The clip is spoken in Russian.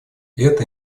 это